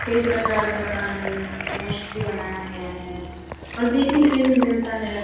कई प्रकार का कानून मोस्टली बनाया गया है और देखने के लिए भी मिलता है